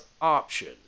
option